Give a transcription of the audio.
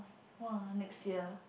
!wah! next year